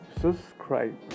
Subscribe